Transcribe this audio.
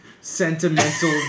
sentimental